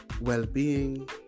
...well-being